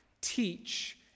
teach